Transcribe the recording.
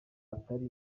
atari